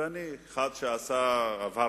ברור